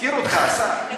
הזכיר אותך השר.